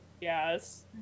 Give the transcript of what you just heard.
Yes